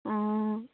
অঁ